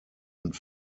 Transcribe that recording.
und